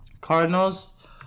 Cardinals